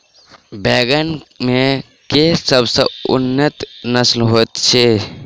बैंगन मे केँ सबसँ उन्नत नस्ल होइत अछि?